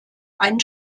einen